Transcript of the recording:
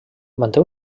manté